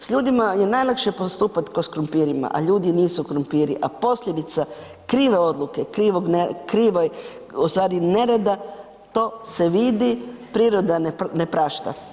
S ljudima je najlakše postupati ko s krumpirima, a ljudi nisu krumpiri, a posljedica krive odluke, krive ustvari nerada to se vidi, priroda ne prašta.